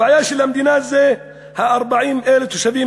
הבעיה של המדינה היא 40,000 התושבים